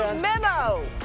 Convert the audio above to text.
memo